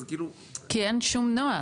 אז כאילו --- כי אין שום נוהל,